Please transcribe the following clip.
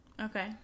Okay